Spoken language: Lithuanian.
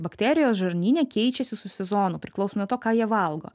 bakterijos žarnyne keičiasi su sezonu priklauso nuo to ką jie valgo